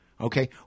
Okay